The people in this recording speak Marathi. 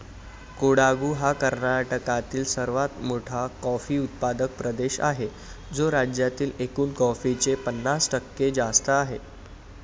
कोडागु हा कर्नाटकातील सर्वात मोठा कॉफी उत्पादक प्रदेश आहे, जो राज्यातील एकूण कॉफीचे पन्नास टक्के जास्त आहे